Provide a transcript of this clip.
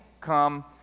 come